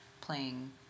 playing